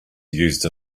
used